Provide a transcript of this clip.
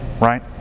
Right